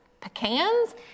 pecans